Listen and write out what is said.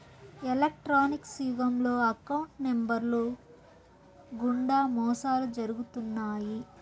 electronics యుగంలో account నెంబర్లు గుండా మోసాలు జరుగుతున్నాయి